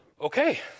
okay